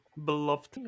Beloved